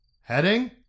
heading